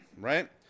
right